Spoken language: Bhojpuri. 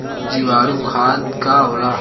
जीवाणु खाद का होला?